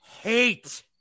hate